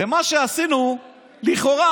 למה שעשינו, לכאורה,